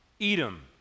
Edom